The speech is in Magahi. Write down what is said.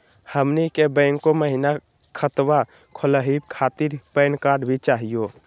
हमनी के बैंको महिना खतवा खोलही खातीर पैन कार्ड भी चाहियो?